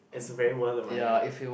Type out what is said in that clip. it's very worth the money